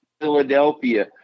philadelphia